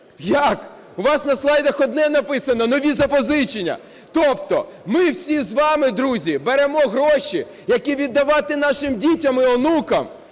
Як? У вас на слайдах одне написано – нові запозичення. Тобто ми всі з вами, друзі, беремо гроші, які віддавати нашим дітям і онукам,